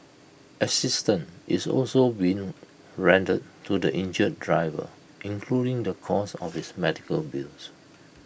assistance is also being rendered to the injured driver including the cost of his medical bills